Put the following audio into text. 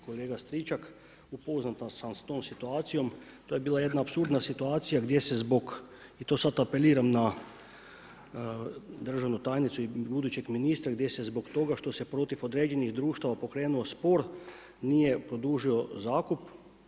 Kolega Stričak, upoznat sam sa tom situacijom, to je bila jedna apsurdna situacija gdje se zbog, i to sada apeliram na državnu tajnicu i budućeg ministra gdje se zbog toga što se protiv određenih društava pokrenuo spor nije produžio zakup.